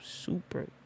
super